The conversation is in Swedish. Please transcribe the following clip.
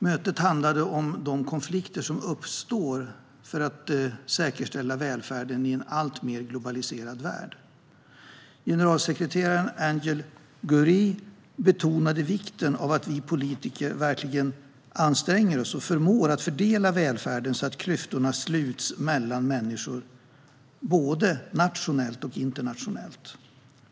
Mötet handlade om de konflikter som uppstår i och med säkrandet av välfärden i en alltmer globaliserad värld. Generalsekreterare Angel Gurría betonade vikten av att vi politiker verkligen anstränger oss och förmår att fördela välfärden så att klyftorna sluts mellan människor, både nationellt och internationellt.